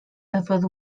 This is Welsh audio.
yfodd